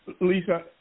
Lisa